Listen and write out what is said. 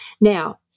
Now